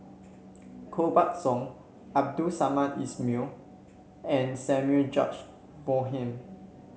Koh Buck Song Abdul Samad Ismail and Samuel George Bonham